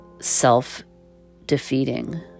self-defeating